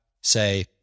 say